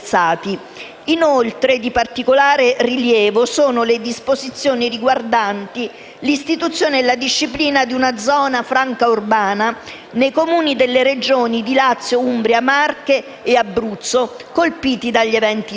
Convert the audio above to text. versati. Di particolare rilievo sono anche le disposizioni riguardanti l'istituzione e la disciplina di una zona franca urbana nei Comuni delle Regioni di Lazio, Umbria, Marche e Abruzzo colpiti dagli eventi sismici